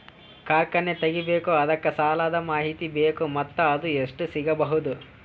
ಕಾರ್ಖಾನೆ ತಗಿಬೇಕು ಅದಕ್ಕ ಸಾಲಾದ ಮಾಹಿತಿ ಬೇಕು ಮತ್ತ ಅದು ಎಷ್ಟು ಸಿಗಬಹುದು?